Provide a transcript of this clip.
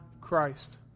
Christ